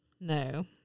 No